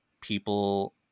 people